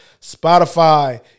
Spotify